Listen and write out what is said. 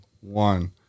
one